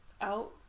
out